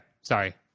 sorry